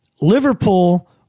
Liverpool